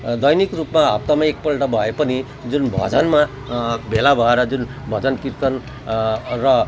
दैनिक रूपमा हप्तामा एकपल्ट भए पनि जुन भजनमा भेला भएर जुन भजन कीर्तन र